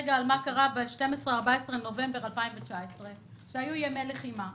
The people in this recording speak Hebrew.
מה שקרה ב-12 14 בנובמבר 2019 שהיו ימי לחימה,